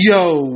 Yo